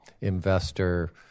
investor